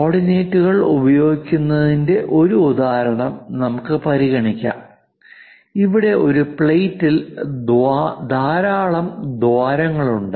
കോർഡിനേറ്റുകൾ ഉപയോഗിക്കുന്നതിന്റെ ഒരു ഉദാഹരണം നമുക്ക് പരിഗണിക്കാം ഇവിടെ ഒരു പ്ലേറ്റിൽ ധാരാളം ദ്വാരങ്ങളുണ്ട്